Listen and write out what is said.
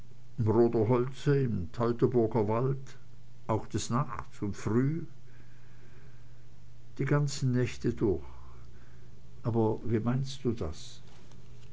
teutoburger wald auch des nachts und früh die ganzen nächte durch aber wie meinst du das